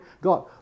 God